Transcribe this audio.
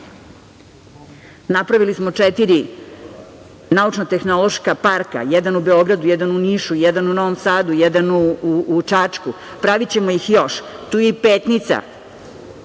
kovida. Napravili smo četiri naučno-tehnološka parka, jedan u Beogradu, jedan u Nišu, jedan u Novom Sadu, jedan u Čačku, pravićemo ih još. Tu je i Petnica,